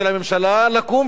לקום ולומר משהו,